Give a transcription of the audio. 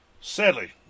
Sadly